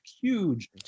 huge